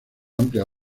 amplias